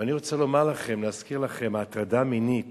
ואני רוצה לומר לכם, להזכיר לכם, הטרדה מינית